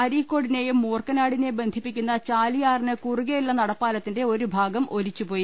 അരീക്കോടി നെയും മൂർക്ക നാടി നേയും ബന്ധിപ്പിക്കുന്ന ചാലിയാറിന് കുറുകെയുളള നടപ്പാലത്തിന്റെ ഒരു ഭാഗം ഒലിച്ചുപോയി